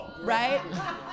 right